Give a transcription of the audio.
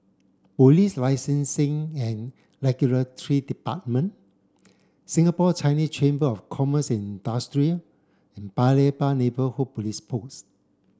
Police Licensing and Regulatory Department Singapore Chinese Chamber of Commerce and Industry and Paya Lebar Neighbourhood Police Post